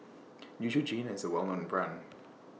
Neutrogena IS A Well known Brand